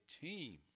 team